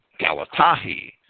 Galatahi